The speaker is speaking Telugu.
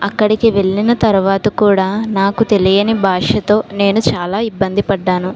అక్కడికి వెళ్ళిన తర్వాత కూడా నాకు తెలియని భాషతో నేను చాలా ఇబ్బంది పడ్డాను